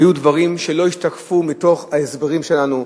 היו דברים שלא השתקפו מתוך ההסברים שלנו.